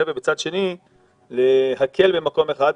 ומצד שני להקל במקום אחד.